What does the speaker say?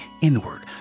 inward